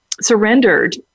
surrendered